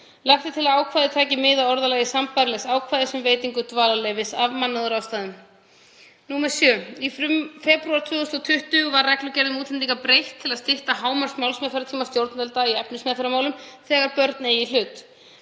Lagt er til að ákvæðið taki mið af orðalagi sambærilegs ákvæðis um veitingu dvalarleyfis af mannúðarástæðum. 7. Í febrúar 2020 var reglugerð um útlendinga breytt til að stytta hámarksmálsmeðferðartíma stjórnvalda í efnismeðferðarmálum þegar börn eiga í hlut.